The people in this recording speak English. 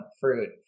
fruit